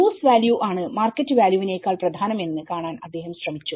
use value ആണ് market value market value വിനെക്കാൾ പ്രധാനം എന്ന് കാണാൻ അദ്ദേഹം ശ്രമിച്ചു